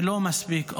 ולא מספיק.